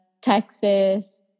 Texas